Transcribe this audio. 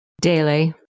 Daily